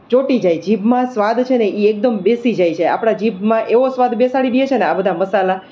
ચોંટી જાય જીભમાં સ્વાદ છે ને એ એકદમ બેસી જાય છે આપણા જીભમાં એવો સ્વાદ બેસાડી દે છે ને આ બધા મસાલા